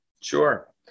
Sure